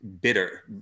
bitter